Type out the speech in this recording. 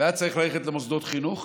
והיו צריכים ללכת למוסדות חינוך